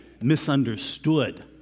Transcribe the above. misunderstood